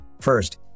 First